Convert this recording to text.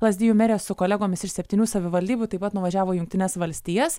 lazdijų merė su kolegomis iš septynių savivaldybių taip pat nuvažiavo į jungtines valstijas